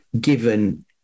given